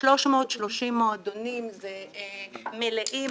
330 מועדונים מלאים,